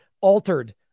altered